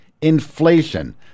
inflation